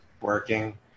Working